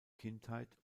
kindheit